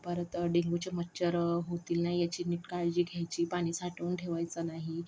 परत डेंग्यूचे मच्छर होतील नाही ह्याची नीट काळजी घ्यायची पाणी साठवून ठेवायचं नाही